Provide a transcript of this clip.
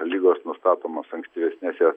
ligos nustatomos ankstyvesnėse